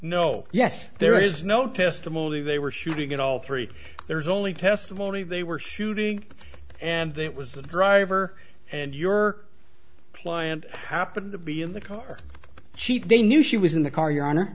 no yes there is no testimony they were shooting at all three there is only testimony they were shooting and that was the driver and your client happened to be in the car cheap they knew she was in the car your honor